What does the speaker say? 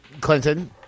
Clinton